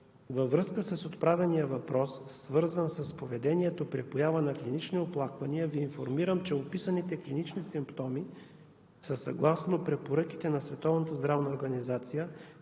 Във връзка с отправения въпрос, свързан с поведението при поява на клинични оплаквания, Ви информирам, че описаните клинични симптоми са съгласно препоръките на